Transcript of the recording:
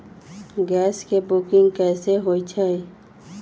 Gas के booking कैसे होईछई?